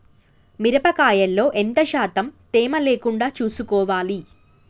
మిరప కాయల్లో ఎంత శాతం తేమ లేకుండా చూసుకోవాలి?